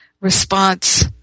response